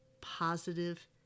positive